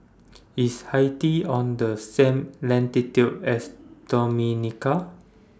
IS Haiti on The same latitude as Dominica